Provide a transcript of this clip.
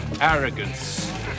arrogance